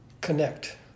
connect